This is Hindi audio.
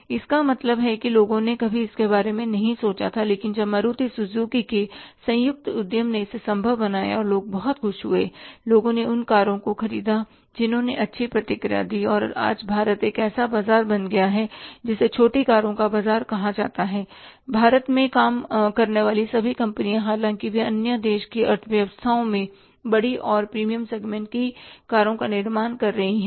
इसका मतलब है कि लोगों ने कभी इसके बारे में नहीं सोचा था लेकिन जब मारुति सुजुकी के संयुक्त उद्यम ने इसे संभव बनाया तो लोग बहुत खुश हुए लोगों ने उन कारों को ख़रीदा जिन्होंने अच्छी प्रतिक्रिया दी और आज भारत एक ऐसा बाजार बन गया है जिसे छोटी कारों का बाजार कहा जाता है भारत में काम करने वाली सभी कंपनियां हालांकि वे अन्य देश की अर्थव्यवस्थाओं में बड़ी और प्रीमियम सेगमेंट की कारों का निर्माण कर रही थीं